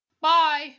Bye